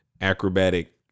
acrobatic